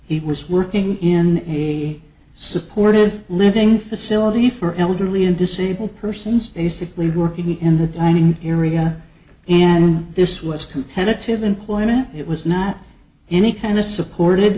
he was working in a supportive living facility for elderly and disabled persons basically working in the dining area and this was competitive employment it was not any kind of supported